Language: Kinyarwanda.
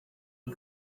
iyi